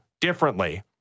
differently